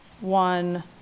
one